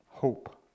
hope